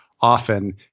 often